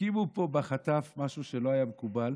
הקימו פה בחטף משהו שלא היה מקובל,